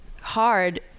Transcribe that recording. hard